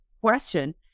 question